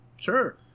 sure